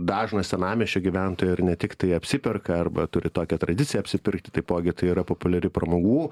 dažnas senamiesčio gyventojų ar ne tiktai apsiperka arba turi tokią tradiciją apsipirkti taipogi tai yra populiari pramogų